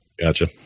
Gotcha